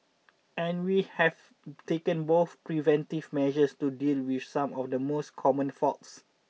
and we have taken both preventive measures to deal with some of the most common faults